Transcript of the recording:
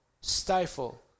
stifle